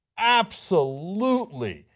absolutely.